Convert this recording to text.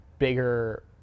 bigger